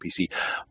PC